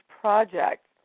project